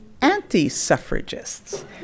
anti-suffragists